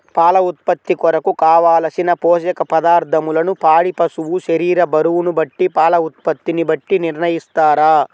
పాల ఉత్పత్తి కొరకు, కావలసిన పోషక పదార్ధములను పాడి పశువు శరీర బరువును బట్టి పాల ఉత్పత్తిని బట్టి నిర్ణయిస్తారా?